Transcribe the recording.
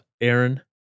Aaron